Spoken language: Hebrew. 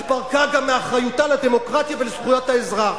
התפרקה גם מאחריותה לדמוקרטיה ולזכויות האזרח.